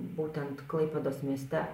būtent klaipėdos mieste